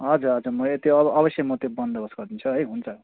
हजुर हजुर म त्यो अवश्य म त्यो बन्दोबस्त गरिदिन्छु है हुन्छ हुन्छ